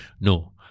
No